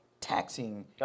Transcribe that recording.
taxing